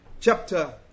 chapter